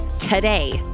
today